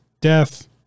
Death